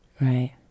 right